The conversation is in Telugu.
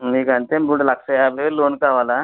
మీకు అంటే ఇప్పుడు లక్ష యాభై వేలు లోన్ కావాలా